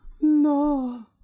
no